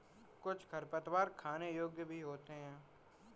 कुछ खरपतवार खाने योग्य भी होते हैं